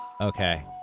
Okay